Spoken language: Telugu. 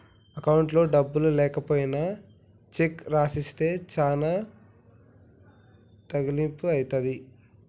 అకౌంట్లో డబ్బులు లేకపోయినా చెక్కు రాసిస్తే చానా తక్లీపు ఐతది